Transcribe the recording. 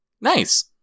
Nice